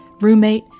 roommate